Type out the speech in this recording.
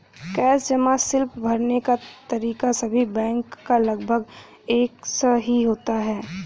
cash जमा slip भरने का तरीका सभी बैंक का लगभग एक सा ही होता है